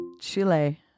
Chile